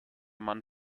mann